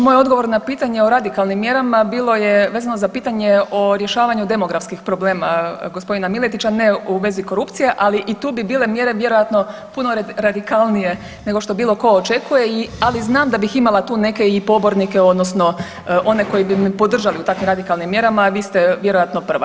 Moj odgovor na pitanje o radikalnim mjerama bilo je vezano za pitanje o rješavanju demografskih problema g. Miletića, ne u vezi korupcije, ali i tu bi bile mjere vjerojatno puno radikalnije nego što bilo tko očekuje, ali znam da bih imala tu neke i pobornike odnosno one koji bi me podržali u takvim radikalnim mjerama, a vi ste vjerojatno prva.